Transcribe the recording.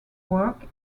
work